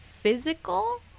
Physical